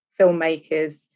filmmakers